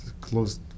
closed